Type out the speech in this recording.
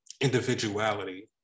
individuality